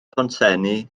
pontsenni